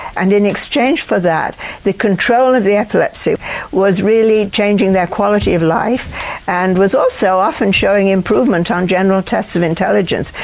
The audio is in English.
and in exchange for that the control of the epilepsy was really changing their quality of life and was also often showing improvement on general tests of intelligence.